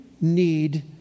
need